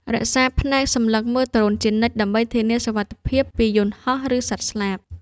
រក្សាភ្នែកសម្លឹងមើលដ្រូនជានិច្ច ដើម្បីធានាសុវត្ថិភាពពីយន្តហោះ ឬសត្វស្លាប។